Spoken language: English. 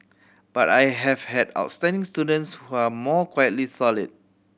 but I have had outstanding students who are more quietly solid